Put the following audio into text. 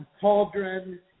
cauldron